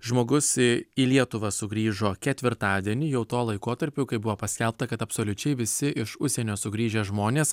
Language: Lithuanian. žmogus į lietuvą sugrįžo ketvirtadienį jau tuo laikotarpiu kai buvo paskelbta kad absoliučiai visi iš užsienio sugrįžę žmonės